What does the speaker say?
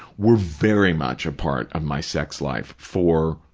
were very much a part of my sex life for,